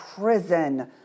prison